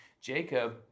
Jacob